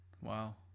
Wow